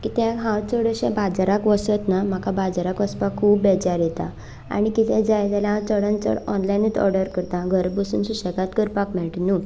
किद्याक हांव चडशें बाजाराक वचत ना म्हाका बाजाराक वचपाक खूब बेजार येता आनी किदेंय जाय जाल्यार हांव चडांत चड ऑनलायनच ऑर्डर करता घरा बसून सुशेगाद करपाक मेळटा न्हू